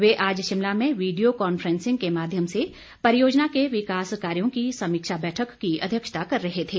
वे आज शिमला में video conferencing के माध्यम से परियोजना के विकास कार्यों की समीक्षा बैठक की अध्यक्षता कर रहे थे